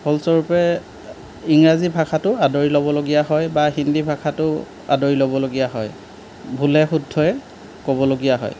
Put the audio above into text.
ফলস্বৰূপে ইংৰাজী ভাষাটো আদৰি ল'বলগীয়া হয় বা হিন্দী ভাষাটো আদৰি ল'বলগীয়া হয় ভুলে শুদ্ধই ক'বলগীয়া হয়